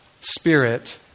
spirit